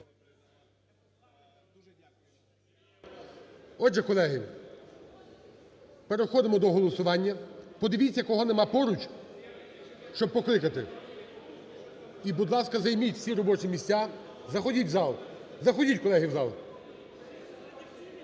Отже, колеги, переходимо до голосування. Подивіться кого немає поруч, щоб покликати і, будь ласка, займіть всі робочі місця. Заходіть в зал! заходіть, колеги, в зал!